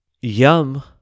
Yum